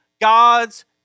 God's